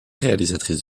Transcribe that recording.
réalisatrice